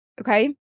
okay